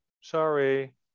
sorry